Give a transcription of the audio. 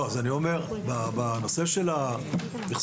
אני אומר שבנושא של המכסות,